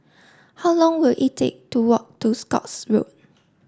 how long will it take to walk to Scotts Road